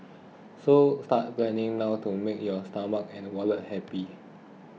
so start planning now to make your stomach and wallets happy